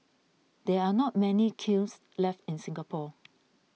there are not many kilns left in Singapore